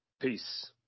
Peace